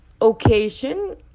occasion